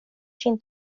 ĝin